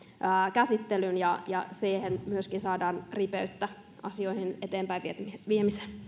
käsittelyn ja ja saadaan myöskin ripeyttä asioiden eteenpäin viemiseen